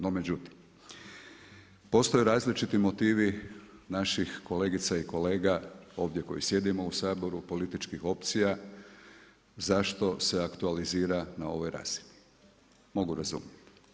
No međutim, postoje različiti motivi naših kolegica i kolega ovdje koji sjedimo u Saboru političkih opcija zašto se aktualizira na ovoj razini, mogu razumiti.